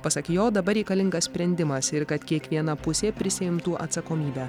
pasak jo dabar reikalingas sprendimas ir kad kiekviena pusė prisiimtų atsakomybę